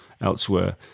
elsewhere